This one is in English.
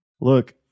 Look